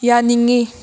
ꯌꯥꯅꯤꯡꯏ